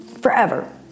forever